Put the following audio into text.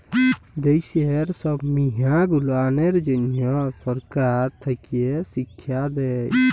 দ্যাশের ছব মিয়াঁ গুলানের জ্যনহ সরকার থ্যাকে শিখ্খা দেই